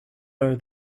are